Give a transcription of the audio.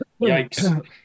yikes